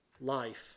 life